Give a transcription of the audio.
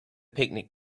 picnic